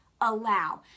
allow